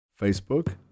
Facebook